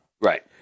Right